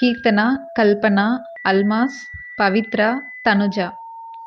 Keerthana Kalpana Almas Pavithra Tanuja